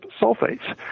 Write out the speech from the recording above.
sulfates